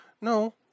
No